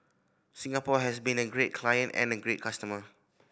Singapore has been a great client and a great customer